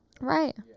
Right